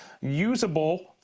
usable